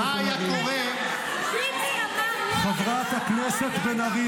ביבי אמר --- חברת הכנסת בן ארי,